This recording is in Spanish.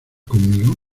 conmigo